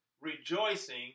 rejoicing